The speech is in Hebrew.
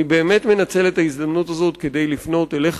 אני באמת מנצל את ההזדמנות הזאת כדי לפנות אליך,